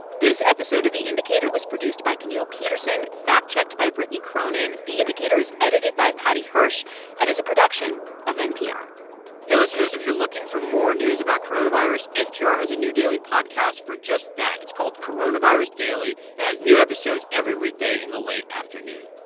this episode of the indicator was produced by camille petersen, fact-checked by brittany cronin. the indicator is edited by paddy hirsch and is a production of npr hey, listeners. if you're looking for more news about coronavirus, npr has a new daily podcast for just that. it's called coronavirus daily. it has new episodes every weekday in the late afternoon